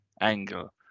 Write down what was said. angle